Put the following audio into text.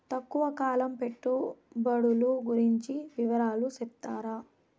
తక్కువ కాలం పెట్టుబడులు గురించి వివరాలు సెప్తారా?